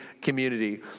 community